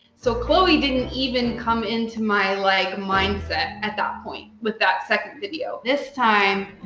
so chloe didn't even come into my like mindset at that point, with that second video. this time,